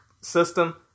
system